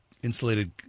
Insulated